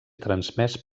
transmès